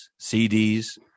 CDs